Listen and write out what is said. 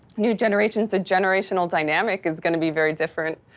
new generations, the generational dynamic is gonna be very different.